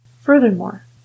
Furthermore